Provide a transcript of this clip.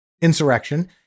insurrection